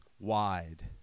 wide